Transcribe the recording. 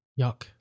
Yuck